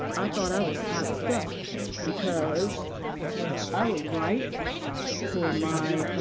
i thought i was hot stuff because i would write for my